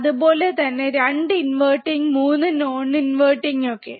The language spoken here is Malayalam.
അത്പോലെതന്നെ 2 ഇൻവെർട്ടിങ് 3 നോൺ ഇൻവെർട്ടിങ് ഒക്കെ